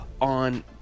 on